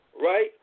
right